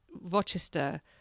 Rochester